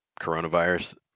coronavirus